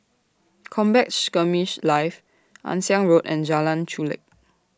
Combat Skirmish Live Ann Siang Road and Jalan Chulek